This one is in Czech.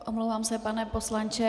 Omlouvám se, pane poslanče.